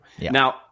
Now